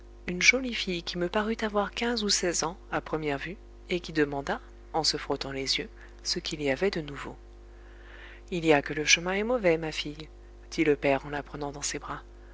une jolie fille qui me parut avoir quinze ou seize ans à première vue et qui demanda en se frottant les yeux ce qu'il y avait de nouveau il y a que le chemin est mauvais ma fille dit le père en la prenant dans ses bras